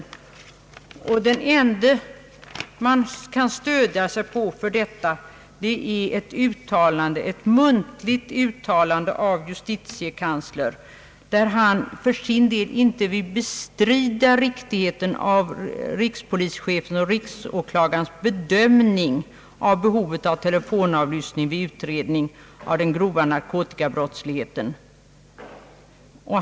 Det enda man kan stödja sig på är ett muntligt uttalande av justitiekanslern att han för sin del inte vill bestrida riktigheten av rikspolischefens och riksåklagarens bedömning av behovet av telefonavlyssning vid utredning av den grova narkotikabrottsligheten.